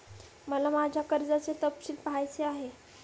मला माझ्या कर्जाचे तपशील पहायचे आहेत